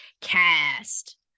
cast